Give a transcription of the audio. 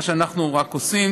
מה שאנחנו רק עושים,